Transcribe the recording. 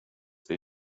för